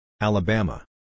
Alabama